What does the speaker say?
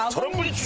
homework.